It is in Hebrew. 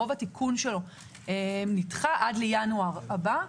רוב התיקון שלו נדחה עד ינואר הבא,